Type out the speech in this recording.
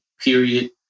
period